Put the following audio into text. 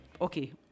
okay